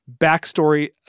backstory